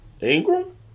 Ingram